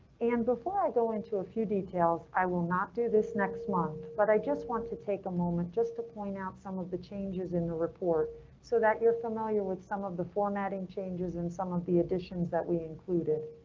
and before i go into a few details, i will not do this next month, but i just want to take a moment just to point out some of the changes in the report so that you're familiar with some of the formatting changes in some of the additions that we included.